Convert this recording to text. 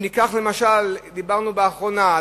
אם ניקח למשל מה שדיברנו עליו לאחרונה,